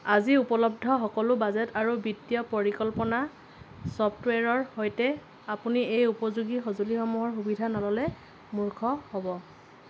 আজি উপলব্ধ সকলো বাজেট আৰু বিত্তীয় পৰিকল্পনা ছফ্টৱেৰৰ সৈতে আপুনি এই উপযোগী সঁজুলিসমূহৰ সুবিধা নল'লে মূৰ্খ হ'ব